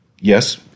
Yes